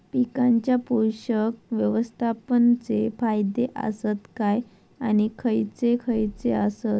पीकांच्या पोषक व्यवस्थापन चे फायदे आसत काय आणि खैयचे खैयचे आसत?